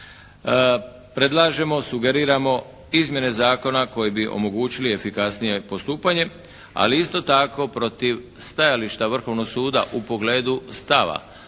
Predlažemo, sugeriramo izmjene zakona koje bi omogućili efikasnije postupanje, ali isto tako protiv stajališta Vrhovnog suda u pogledu stava